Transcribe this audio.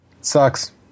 Sucks